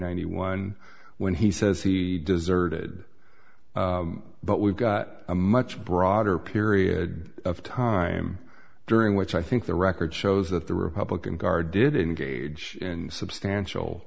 hundred one when he says he deserted but we've got a much broader period of time during which i think the record shows that the republican guard did engage in substantial